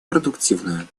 продуктивную